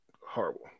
horrible